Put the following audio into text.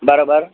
बरोबर